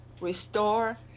restore